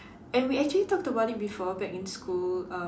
and we actually talked about it before back in school um